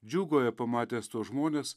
džiūgauja pamatęs tuos žmones